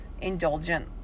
indulgent